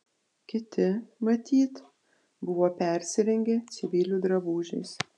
kiti matyt buvo persirengę civilių drabužiais